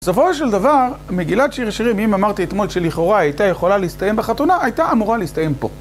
בסופו של דבר, מגילת שיר שירים, אם אמרתי אתמול שלכאורה היא הייתה יכולה להסתיים בחתונה, הייתה אמורה להסתיים פה.